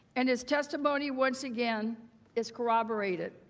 and his testimony once again is corroborated.